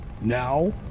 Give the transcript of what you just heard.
Now